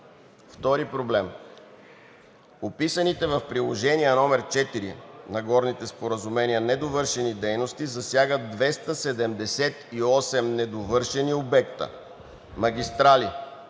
Вторият проблем – описаните в Приложение № 4 на горните споразумения недовършени дейности засягат 278 недовършени обекта – магистрали,